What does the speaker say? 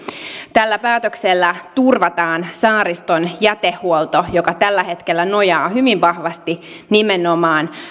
tällä päätöksellä turvataan saariston jätehuolto joka tällä hetkellä nojaa hyvin vahvasti nimenomaan